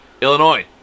Illinois